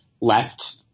left